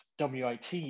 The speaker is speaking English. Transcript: WIT